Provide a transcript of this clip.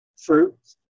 Fruits